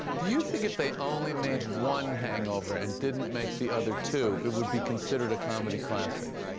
do you think if they only made one hangover and didn't make the other two, it would be considered a comedy classic?